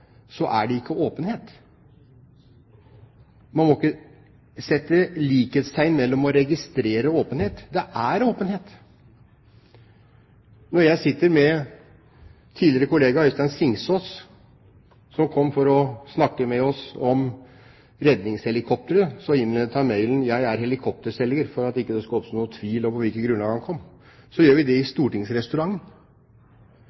så er det ikke åpenhet. Man må ikke sette likhetstegn mellom å registrere og åpenhet. Det er åpenhet. Da jeg satt i møte med tidligere kollega Øystein Singsaas, som kom for å snakke med oss om redningshelikopter – han innledet mailen med at han er helikopterselger, for at det ikke skulle oppstå noen tvil om på hvilket grunnlag han kom – gjorde vi det i